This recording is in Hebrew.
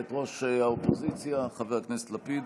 את ראש האופוזיציה חבר הכנסת לפיד,